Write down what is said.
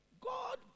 God